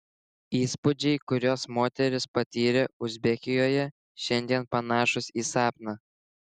įspūdžiai kuriuos moteris patyrė uzbekijoje šiandien panašūs į sapną